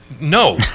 No